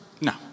No